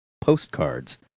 Postcards